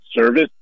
service